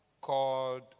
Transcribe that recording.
called